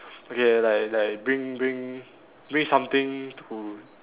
okay like like bring bring bring something to